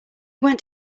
went